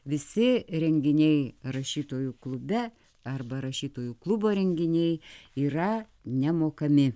visi renginiai rašytojų klube arba rašytojų klubo renginiai yra nemokami